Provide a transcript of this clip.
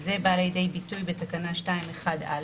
זה בא לידי ביטוי בתקנה 2(1)א.